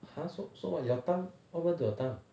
!huh! so so what your tongue what happened to your tongue